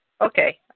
Okay